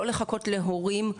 לא לחכות להורים,